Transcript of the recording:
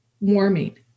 warming